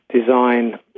design